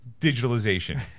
Digitalization